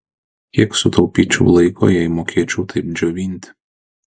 kiek sutaupyčiau laiko jei mokėčiau taip džiovinti